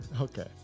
Okay